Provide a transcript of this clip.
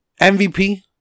MVP